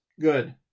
Good